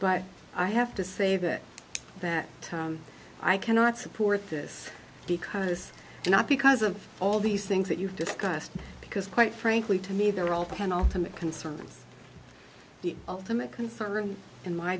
but i have to say that that i cannot support this because not because of all these things that you've discussed because quite frankly to me they're all penultimate concern the ultimate concern in my